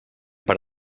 per